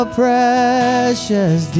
precious